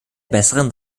besseren